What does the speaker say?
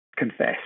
confess